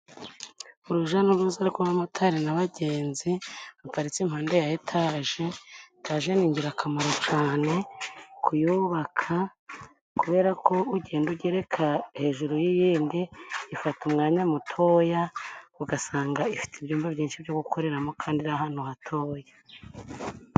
Urujya n'uruza rw'aba motari n'abagenzi baparitse impande ya etaje, etaje ni ingirakamaro cyane kuyubaka kubera ko ugenda ugereka hejuru y'iyindi, ifata umwanya mutoya, ugasanga ifite ibyumba byinshi byo gukoreramo kandi ari ahantu hatoya.